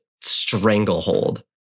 stranglehold